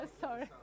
sorry